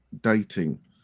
dating